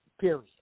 period